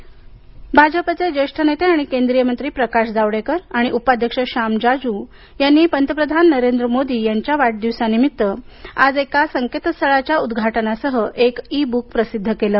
नरेंद्र मोदी पुस्तक भाजपचे ज्येष्ठ नेते आणि केंद्रीय मंत्री प्रकाश जावडेकर आणि उपाध्यक्ष श्याम जाजू यांनी पंतप्रधान नरेंद्र मोदी यांच्या वाढदिवसानिमित्त आज एका संकेतस्थळाचे उद्घाटन आणि एक ई बुक प्रसिद्ध केले